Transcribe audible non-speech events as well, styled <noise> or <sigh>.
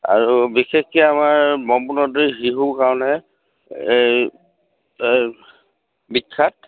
আৰু বিশেষকে আমাৰ ব্ৰহ্মপুত্ৰ নদী শিহুৰ কাৰণে এই <unintelligible> বিখ্যাত